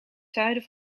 zuiden